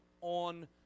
on